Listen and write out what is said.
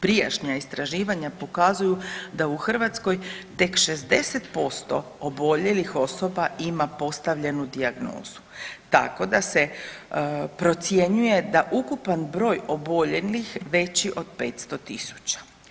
Prijašnja istraživanja pokazuju da u Hrvatskoj tek 60% oboljelih osoba ima postavljenu dijagnozu, tako da se procjenjuje da ukupan broj oboljelih veći od 500 000.